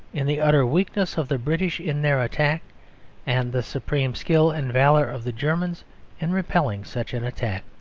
in the utter weakness of the british in their attack and the supreme skill and valour of the germans in repelling such an attack.